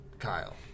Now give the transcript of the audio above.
Kyle